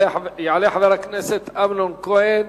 יעלה חבר הכנסת אמנון כהן.